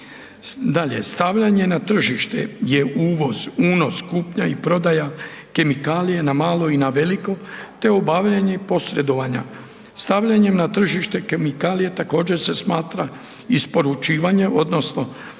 Dalje, stavljanje na tržište je uvoz, unos, kupnja i prodaja kemikalije na malo i na veliko, te obavljanje posredovanja. Stavljanjem na tržište kemikalije također se smatra isporučivanje odnosno